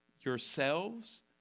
yourselves